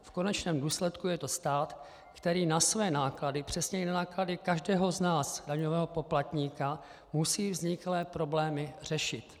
V konečném důsledku je to stát, který na své náklady, přesněji na náklady každého z nás, daňového poplatníka, musí vzniklé problémy řešit.